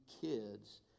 kids